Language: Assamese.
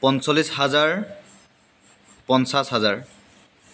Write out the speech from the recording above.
পঞ্চল্লিছ হাজাৰ পঞ্চাছ হাজাৰ